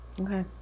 okay